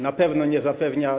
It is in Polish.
Na pewno nie zapewnia.